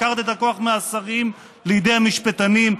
לקחת את הכוח מהשרים לידי המשפטנים,